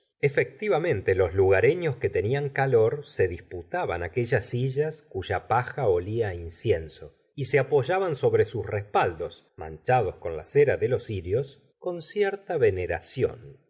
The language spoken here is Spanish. efectivamente los lugareños que tenían calor se disputaban aquellas sillas cuya paja olía á incienso y se apoyaban sobre sus respaldos manchados con la cera de los cirios con cierta veneración